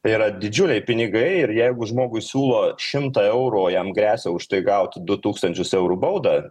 tai yra didžiuliai pinigai ir jeigu žmogui siūlo šimtą eurų o jam gresia už tai gauti du tūkstančius eurų baudą